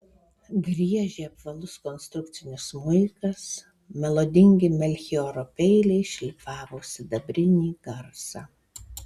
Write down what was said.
griežė apvalus konstrukcinis smuikas melodingi melchioro peiliai šlifavo sidabrinį garsą